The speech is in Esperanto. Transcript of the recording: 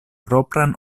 propran